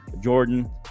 Jordan